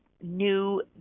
new